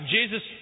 Jesus